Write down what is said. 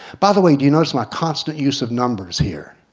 by the way, do you notice my constant use of numbers here?